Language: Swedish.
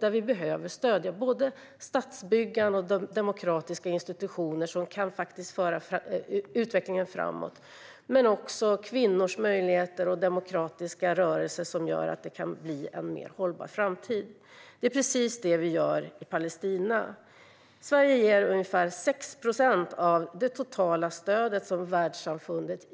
Där behöver vi stödja både statsbyggande och demokratiska institutioner som faktiskt kan föra utvecklingen framåt, men också kvinnors möjligheter och demokratiska rörelser som gör att det kan bli en mer hållbar framtid. Det är precis detta vi gör i Palestina. Sverige ger för närvarande ungefär 6 procent av det totala stödet från världssamfundet